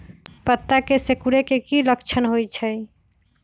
पत्ता के सिकुड़े के की लक्षण होइ छइ?